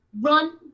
Run